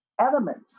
elements